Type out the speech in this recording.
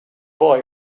boy